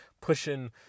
pushing